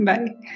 Bye